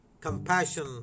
compassion